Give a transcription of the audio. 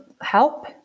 help